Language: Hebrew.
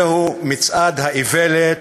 זהו מצעד האיוולת,